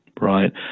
Right